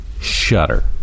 shudder